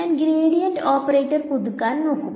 ഞാൻ gradient operator പുതുക്കാൻ നോക്കും